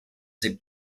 they